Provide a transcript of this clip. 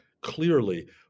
clearly